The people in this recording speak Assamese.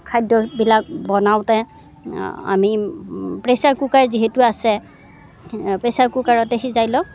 খাদ্যবিলাক বনাওঁতে আমি প্ৰেচাৰ কুকাৰ যিহেতু আছে প্ৰেচাৰ কুকাৰতে সিজাই লওঁ